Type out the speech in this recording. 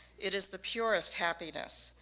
it is the purest happiness,